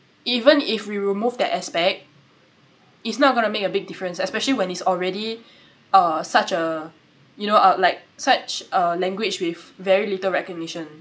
even if we remove that aspect it's not going to make a big difference especially when it's already uh such a you know ou~ like such a language with very little recognition